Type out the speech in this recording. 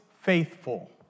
faithful